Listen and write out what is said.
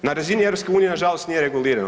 Na razini EU nažalost nije regulirano.